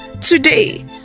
Today